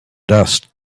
dust